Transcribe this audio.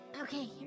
Okay